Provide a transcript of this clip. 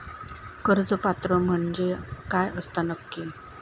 कर्ज पात्र म्हणजे काय असता नक्की?